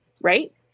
right